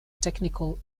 technical